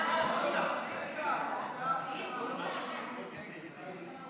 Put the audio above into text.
הממשלה על מינוי שרים נתקבלה.